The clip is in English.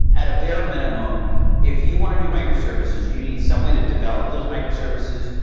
at a bare minimum, if you want to do microservices, you need some way to develop those microservices.